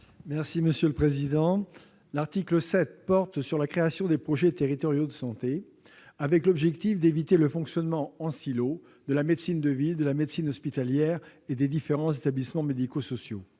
Daudigny, sur l'article. L'article 7 porte sur la création des projets territoriaux de santé, avec l'objectif d'éviter le fonctionnement en silos de la médecine de ville, de la médecine hospitalière et des différents établissements médico-sociaux.